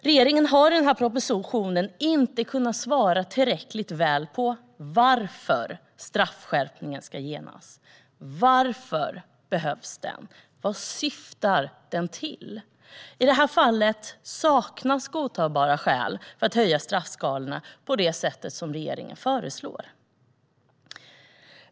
Regeringen har i den här propositionen inte kunnat svara tillräckligt väl på varför straffskärpningen ska genomföras. Varför behövs den? Vad syftar den till? I det här fallet saknas godtagbara skäl till att höja straffskalorna på det sätt som regeringen föreslår.